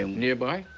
um nearby?